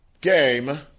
game